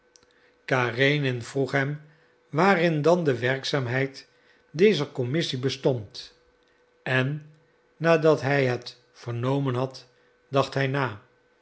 karenin vroeg hem waarin dan de werkzaamheid dezer commissie bestond en nadat hij het vernomen had dacht hij na